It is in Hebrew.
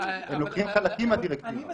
הם לוקחים חלקים מהדירקטיבה.